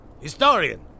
historian